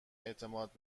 اعتماد